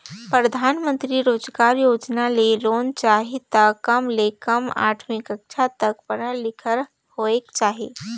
परधानमंतरी रोजगार योजना ले लोन चाही त कम ले कम आठवीं कक्छा तक पढ़ल लिखल होएक चाही